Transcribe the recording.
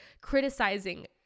criticizing